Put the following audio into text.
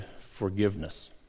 forgiveness